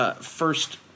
first